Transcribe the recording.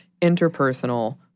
interpersonal